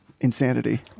insanity